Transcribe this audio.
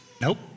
Nope